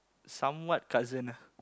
somewhat cousin ah